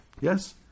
Yes